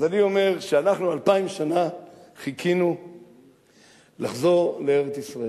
אז אני אומר שאנחנו אלפיים שנה חיכינו לחזור לארץ-ישראל.